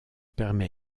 permet